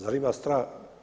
Zar ima strah?